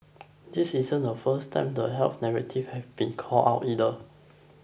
this isn't the first time the health narratives have been called out either